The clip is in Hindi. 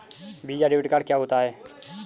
वीज़ा डेबिट कार्ड क्या होता है?